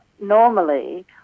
normally